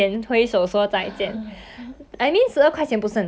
I mean 都已经 almost there liao might as well finish it